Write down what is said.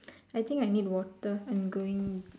I think I need water I'm going